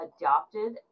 adopted